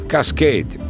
Cascade